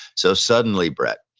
so suddenly, brett,